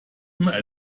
immer